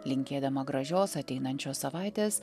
linkėdama gražios ateinančios savaitės